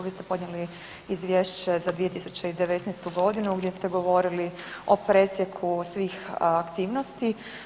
Vi ste podnijeli Izvješće za 2019. g. gdje ste govorili o presjeku svih aktivnosti.